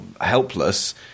helpless